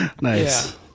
Nice